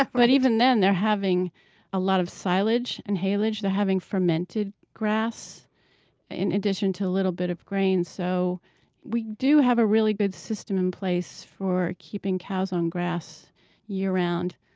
like but even then they're having a lot of silage and haylage. they're having fermented grass in addition to a little bit of grain. so we do have a really good system in place for keeping cows on grass year-round.